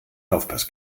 laufpass